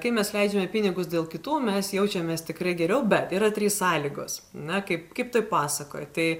kai mes leidžiame pinigus dėl kitų mes jaučiamės tikrai geriau bet yra trys sąlygos na kaip kaip toj pasakoj tai